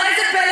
וראה זה פלא,